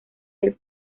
del